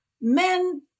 men